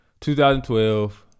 2012